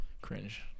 Cringe